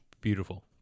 Beautiful